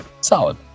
Solid